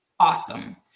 Awesome